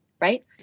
right